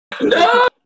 No